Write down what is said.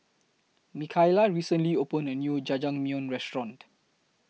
Mikaila recently opened A New Jajangmyeon Restaurant